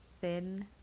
thin